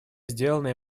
сделанное